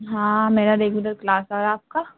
ہاں میرا regular class اور آپ کا